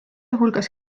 hulgas